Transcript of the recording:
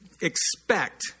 expect